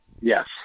Yes